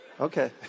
Okay